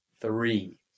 Three